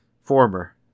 Former